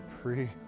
pre